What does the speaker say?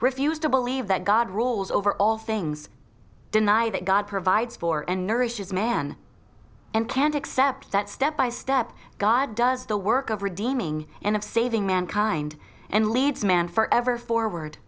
refuse to believe that god rules over all things deny that god provides for and nourishes man and can't accept that step by step god does the work of redeeming and of saving mankind and leads man forever forward